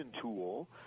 tool